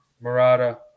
Murata